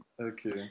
Okay